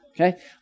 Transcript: okay